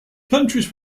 countries